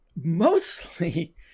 mostly